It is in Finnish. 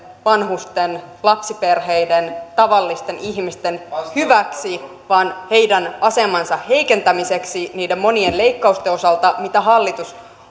vanhusten lapsiperheiden tavallisten ihmisten hyväksi vaan heidän asemansa heikentämiseksi niiden monien leikkausten osalta mitä hallitus